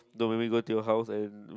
don't make me go to your house and